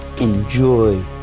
enjoy